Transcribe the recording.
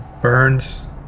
Burns